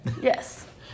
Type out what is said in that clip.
Yes